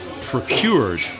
procured